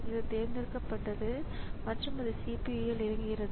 இது தேர்ந்தெடுக்கப்பட்டது மற்றும் அது CPUவில் இயங்குகிறது